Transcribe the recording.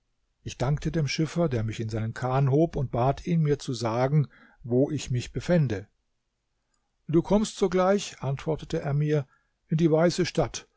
ich dankte dem schiffer der mich in seinen kahn hob und bat ihn mir zu sagen wo ich mich befände du kommst sogleich antwortete er mir in die weiße stadt